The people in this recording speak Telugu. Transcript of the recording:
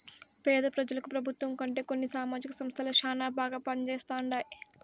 పేద పెజలకు పెబుత్వం కంటే కొన్ని సామాజిక సంస్థలే శానా బాగా పంజేస్తండాయి